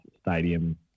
stadium